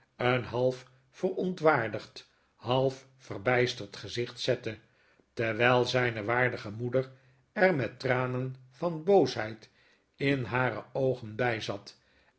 een half verontwaardigd half verbijsterd gezicht zette terwijl zyne waardige moeder er met tranen van boosheid in hare oogen byzat